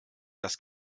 das